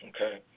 Okay